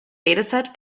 dataset